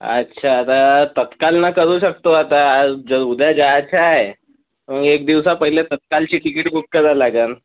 अच्छा तर तात्काळनं करू शकतो आता जर उद्या जायचं आहे एक दिवसापहिले तात्काळची तिकिटं बुक करावं लागंल